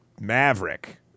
Maverick